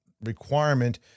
requirement